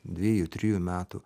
dviejų trijų metų